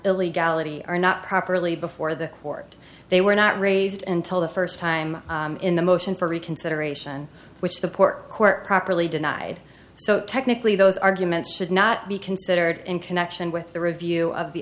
illegality are not properly before the court they were not raised and till the first time in the motion for reconsideration which the port court properly denied so technically those arguments should not be considered in connection with the review of the